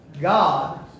God